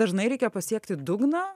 dažnai reikia pasiekti dugną